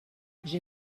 j’ai